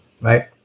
Right